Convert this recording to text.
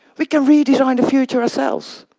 we can redesign future ourselves.